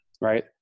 right